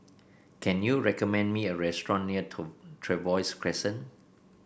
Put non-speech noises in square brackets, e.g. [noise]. can you recommend me a restaurant near [unintelligible] Trevose Crescent